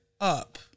up